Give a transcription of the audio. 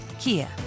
Kia